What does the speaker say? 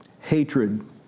hatred